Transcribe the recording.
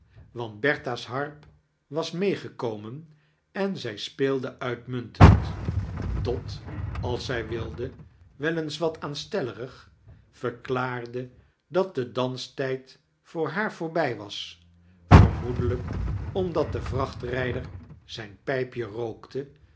want bertha's harp was meegekomen en zij speelde uituiuntend dot als zij wilde wel eens wat aanstelleyig verklaarde dat de danstijd voor haar voorbij was vermoedelijk omdat de vrachtrijder zijn pijpje rookte